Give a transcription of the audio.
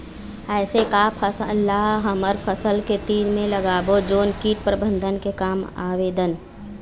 ऐसे का फसल ला हमर फसल के तीर मे लगाबो जोन कीट प्रबंधन के काम आवेदन?